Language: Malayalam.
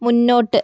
മുന്നോട്ട്